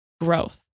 growth